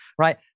right